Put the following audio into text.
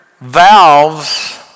valves